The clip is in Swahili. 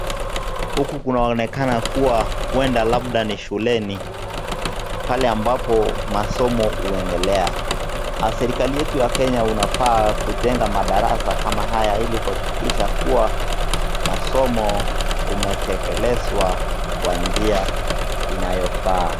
Huku kunaonekana kuwa huenda labda ni shuleni pale ambapo masomo unaendelea. Serikali yetu ya Kenya unafaa kujenga madarasa kama haya ili kuhakikisha kuwa masomo yametekelezwa kwa njia inayofaa.